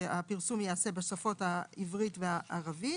שהפרסום ייעשה בפרסום בשפות העברית והערבית